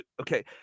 okay